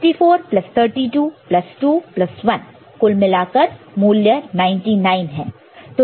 64 plus 32 plus 2 plus 1 कुल मिलाकर मूल्य 99 है